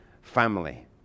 family